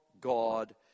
God